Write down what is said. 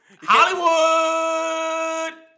Hollywood